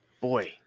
Boy